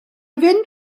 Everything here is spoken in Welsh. fynd